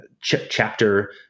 chapter